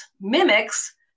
mimics